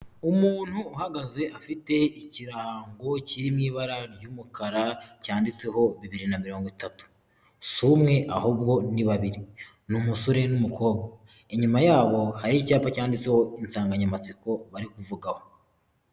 Umuntu uhagaze afite ikirango kiri mu ibara ry'umukara cyanditseho bibiri na mirongo itatu, si umwe ahubwo ni babiri, ni umusore n'umukobwa inyuma yabo hariho icyapa cyanditseho insanganyamatsiko bari kuvugaho.